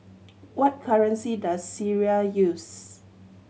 what currency does Syria use